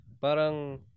parang